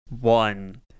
one